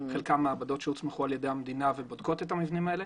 חלקם מעבדות שהוסמכו על ידי המדינה ובודקות את המבנים האלה,